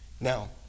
Now